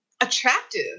Attractive